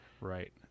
Right